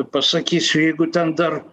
pasakysiu jeigu ten dar